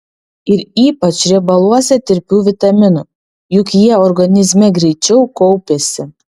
ir ypač riebaluose tirpių vitaminų juk jie organizme greičiau kaupiasi